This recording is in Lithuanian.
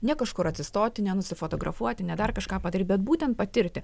ne kažkur atsistoti nenusifotografuoti ne dar kažką padaryt bet būtent patirti